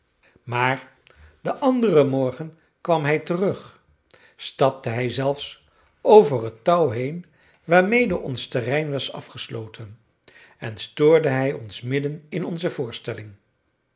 maar den anderen morgen kwam hij terug stapte hij zelfs over het touw heen waarmede ons terrein was afgesloten en stoorde hij ons midden in onze voorstelling